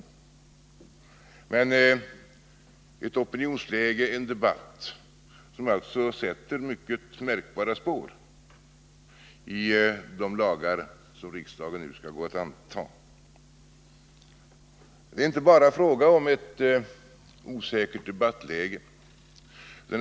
Men denna opinion och detta debattläge har alltså satt mycket märkbara spår i de lagar som riksdagen nu skall anta. Det är inte bara fråga om ett osäkert debattläge.